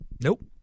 nope